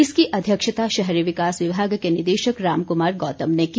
इसकी अध्यक्षता शहरी विकास विभाग के निदेशक राम कुमार गौतम ने की